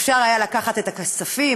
אפשר היה לקחת את הכספים